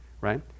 Right